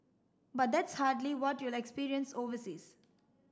but that's hardly what you'll experience overseas